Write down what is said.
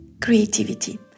creativity